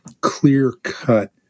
clear-cut